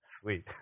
sweet